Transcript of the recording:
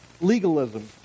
legalism